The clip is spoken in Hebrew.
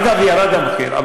אגב, ירד המחיר.